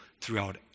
throughout